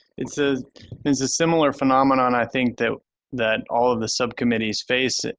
it's ah it's a similar phenomenon, i think, that that all of the subcommittees face,